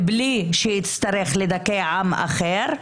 בלי שיצטרך לדכא עם אחר,